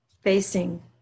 facing